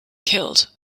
killed